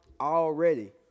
already